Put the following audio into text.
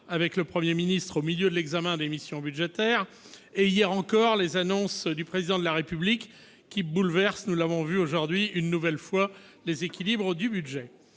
avec le Premier ministre au milieu de l'examen des missions budgétaires et, hier encore, les annonces du Président de la République, qui bouleversent une nouvelle fois les équilibres du budget.